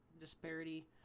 disparity